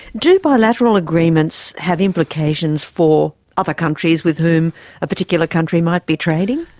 do bilateral agreements have implications for other countries with whom a particular country might be trading?